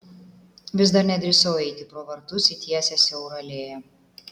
vis dar nedrįsau įeiti pro vartus į tiesią siaurą alėją